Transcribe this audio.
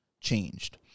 changed